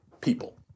people